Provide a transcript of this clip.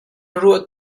ruah